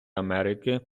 америки